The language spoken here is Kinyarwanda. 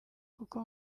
kuko